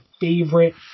favorite